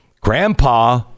Grandpa